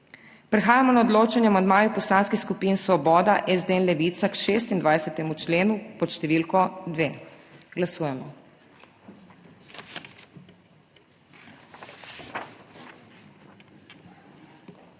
Prehajamo na odločanje o amandmaju poslanskih skupin Svoboda, SD in Levica k 23. členu pod številko 2. Glasujemo.